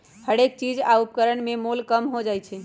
हरेक चीज आ उपकरण में मोल कम हो जाइ छै